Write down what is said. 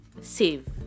save